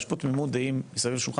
יש פה תמימות דעים מסביב לשולחן,